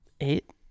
Eight